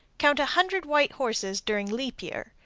count a hundred white horses during leap year.